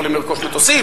יכולים לרכוש מטוסים,